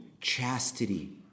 chastity